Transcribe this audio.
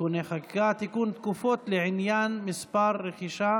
תיקונים חקיקה) (תיקון, תקופות לעניין מס רכישה